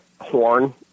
horn